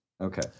Okay